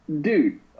Dude